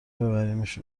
ببریمش